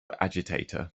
agitator